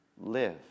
live